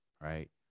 right